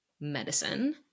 medicine